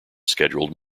scheduled